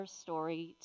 story